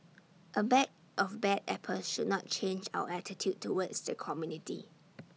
A bag of bad apples should not change our attitude towards the community